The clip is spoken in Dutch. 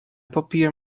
papier